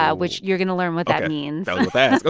ah which you're going to learn what that means ok.